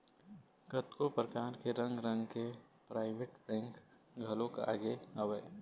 कतको परकार के रंग रंग के पराइवेंट बेंक घलोक आगे हवय